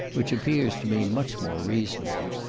which appears to me much more reasonable.